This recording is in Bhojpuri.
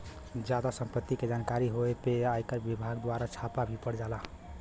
जादा सम्पत्ति के जानकारी होए पे आयकर विभाग दवारा छापा भी पड़ जाला